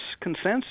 consensus